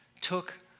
took